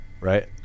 right